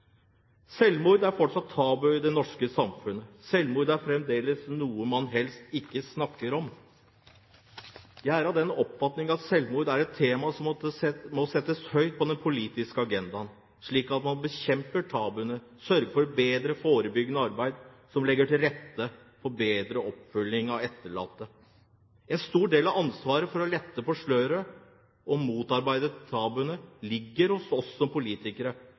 Selvmord er fortsatt tabu i det norske samfunn. Selvmord er fremdeles noe man helst ikke snakker om. Jeg er av den oppfatning at selvmord er et tema som må settes høyt på den politiske agendaen, slik at man bekjemper tabuene, sørger for et bedre forebyggende arbeid som legger til rette for bedre oppfølging av etterlatte. En stor del av ansvaret for å lette på sløret og motarbeide tabuene ligger hos oss politikere.